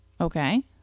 Okay